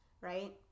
right